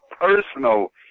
personal